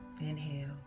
inhale